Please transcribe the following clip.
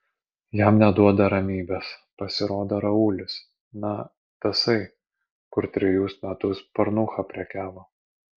jam neduoda ramybės pasirodo raulis na tasai kur trejus metus pornucha prekiavo